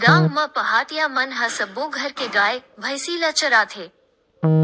गाँव म पहाटिया मन ह सब्बो घर के गाय, भइसी ल चराथे